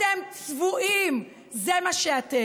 אתם צבועים, זה מה שאתם.